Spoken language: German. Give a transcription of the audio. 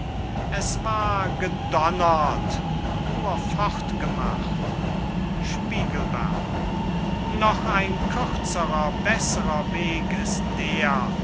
es war gedonnert nur fortgemacht spiegelberg noch ein kürzerer besserer weg ist der